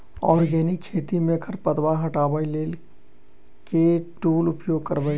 Organic खेती मे खरपतवार हटाबै लेल केँ टूल उपयोग करबै?